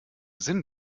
sinn